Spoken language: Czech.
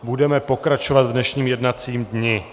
Budeme pokračovat v dnešním jednacím dni.